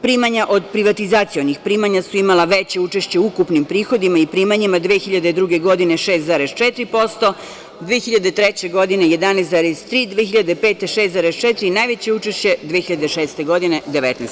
Primanja od privatizacionih primanja su imala veće učešće u ukupnim prihodima i primanjima 2002. godine 6,4%, 2003. godine 11,3%, 2005. godine 6,4% i najveće učešće 2006. godine 19%